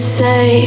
say